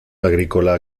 agrícola